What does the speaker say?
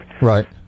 Right